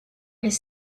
his